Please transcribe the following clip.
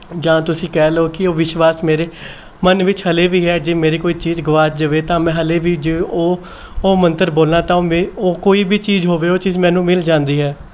ਜਾਂ ਤੁਸੀਂ ਕਹਿ ਲਉ ਕਿ ਉਹ ਵਿਸ਼ਵਾਸ ਮੇਰੇ ਮਨ ਵਿੱਚ ਹਲੇ ਵੀ ਹੈ ਜੇ ਮੇਰੀ ਕੋਈ ਚੀਜ਼ ਗਵਾਚ ਜਾਵੇ ਤਾਂ ਮੈਂ ਹਲੇ ਵੀ ਜੇ ਉਹ ਉਹ ਮੰਤਰ ਬੋਲਾਂ ਤਾਂ ਉਹ ਮੇ ਉਹ ਕੋਈ ਵੀ ਚੀਜ਼ ਹੋਵੇ ਉਹ ਚੀਜ਼ ਮੈਨੂੰ ਮਿਲ ਜਾਂਦੀ ਹੈ